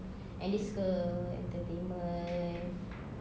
and dia suka entertainment